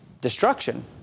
destruction